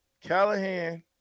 Callahan